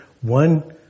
One